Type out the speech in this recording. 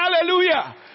Hallelujah